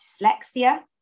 dyslexia